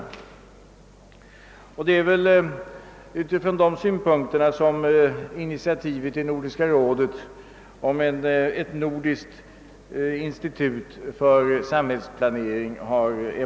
Det är väl också sådana synpunkter som legat bakom initiativet i Nordiska rådet om ett nordiskt institut för samhällsplanering.